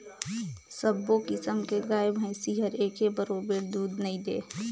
सबो किसम के गाय भइसी हर एके बरोबर दूद नइ दे